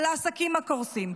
על העסקים הקורסים,